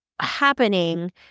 happening